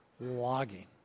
logging